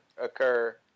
occur